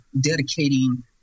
dedicating